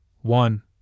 one